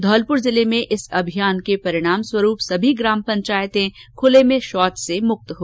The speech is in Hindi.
धौलपुर जिले में इस अभियान के परिणामस्वरूप सभी ग्राम पंचायतें खुले में शौच से मुक्त हो गई है